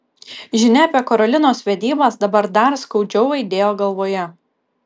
žinia apie karolinos vedybas dabar dar skaudžiau aidėjo galvoje